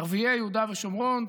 ערביי יהודה ושומרון,